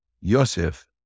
Yosef